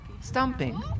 Stumping